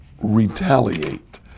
retaliate